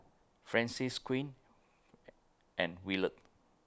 Francis Quinn and Willard